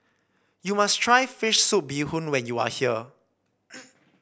you must try fish soup Bee Hoon when you are here